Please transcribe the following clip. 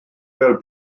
fel